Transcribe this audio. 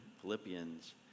Philippians